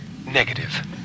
negative